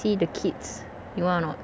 see the kids you want or not